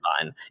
fun